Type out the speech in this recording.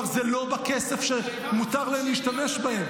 כלומר זה לא בכסף שמותר להם להשתמש בו.